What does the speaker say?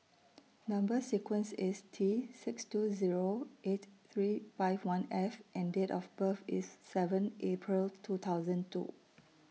Number sequence IS T six two Zero eight three five one F and Date of birth IS seven April two thousand two